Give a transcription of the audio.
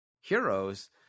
heroes